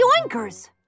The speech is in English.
Oinkers